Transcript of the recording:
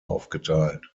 aufgeteilt